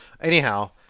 anyhow